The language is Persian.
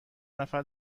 نفر